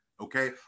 okay